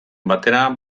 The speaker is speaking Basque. batera